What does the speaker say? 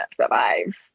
survive